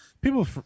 people